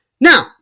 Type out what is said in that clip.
Now